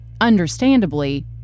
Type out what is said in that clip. understandably